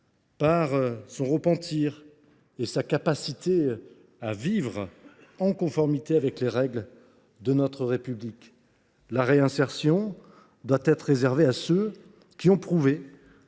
son repentir et sa capacité à vivre en conformité avec les règles de notre République. La réinsertion doit être réservée à ceux qui ont prouvé